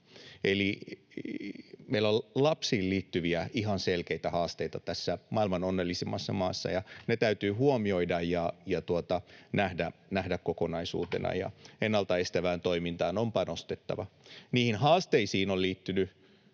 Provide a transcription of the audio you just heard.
Eli meillä on lapsiin liittyviä ihan selkeitä haasteita tässä maailman onnellisimmassa maassa, ja ne täytyy huomioida ja nähdä kokonaisuutena, ja ennalta estävään toimintaan on panostettava. Niihin haasteisiin on liittynyt